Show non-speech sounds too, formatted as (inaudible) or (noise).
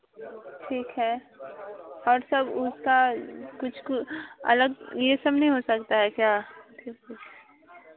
ठीक है और सब उसका कुछ कु अलग यह सब नहीं हो सकता है क्या (unintelligible)